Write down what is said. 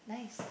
nice